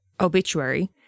Obituary